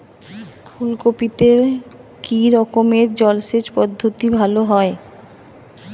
ফুলকপিতে কি রকমের জলসেচ পদ্ধতি ভালো হয়?